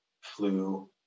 flu